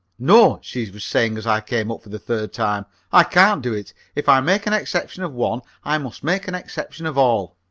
no, she was saying as i came up for the third time i can't do it. if i make an exception of one i must make an exception of all.